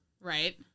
Right